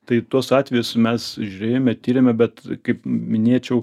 tai tuos atvejus mes žiūrėjome tyrėme bet kaip minėčiau